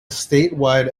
statewide